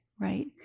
right